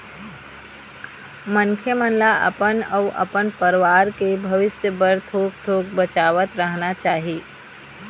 मनखे मन ल अपन अउ अपन परवार के भविस्य बर थोक थोक बचावतरहना चाही